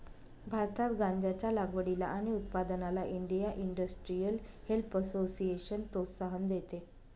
भारतात गांज्याच्या लागवडीला आणि उत्पादनाला इंडिया इंडस्ट्रियल हेम्प असोसिएशन प्रोत्साहन देते